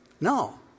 No